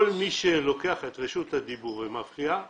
כל מי שלוקח את רשות הדיבור ומפריע,